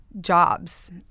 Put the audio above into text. jobs